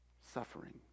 Suffering